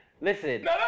Listen